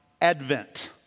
Advent